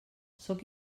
sóc